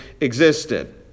existed